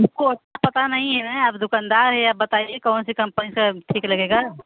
हमको पता नहीं है आप दुकानदार हैं आप बताइए कौन सी कंपनी से ठीक लगेगा